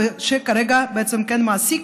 שכרגע מעסיק